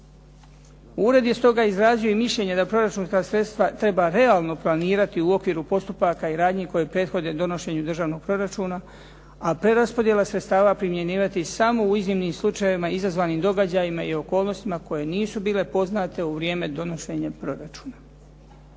Ured je stoga izrazio i mišljenje da proračunska sredstva treba realno planirati u okviru postupaka i radnji koje prethode donošenju državnog proračuna, a preraspodjela sredstava primjenjivati samo u iznimnim slučajevima izazvanim događajima i okolnostima koje nisu bile poznate u vrijeme donošenja proračuna.